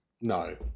No